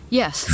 yes